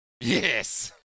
Yes